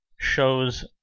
shows